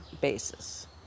basis